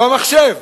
במחשב,